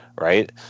right